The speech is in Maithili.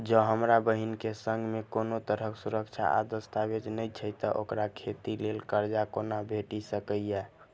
जँ हमरा बहीन केँ सङ्ग मेँ कोनो तरहक सुरक्षा आ दस्तावेज नै छै तऽ ओकरा खेती लेल करजा कोना भेटि सकैये?